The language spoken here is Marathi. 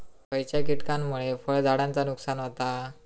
खयच्या किटकांमुळे फळझाडांचा नुकसान होता?